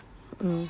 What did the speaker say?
um